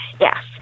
yes